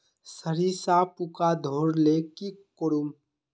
सरिसा पूका धोर ले की करूम?